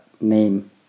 name